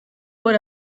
por